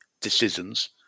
decisions